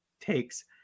takes